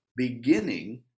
beginning